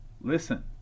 listen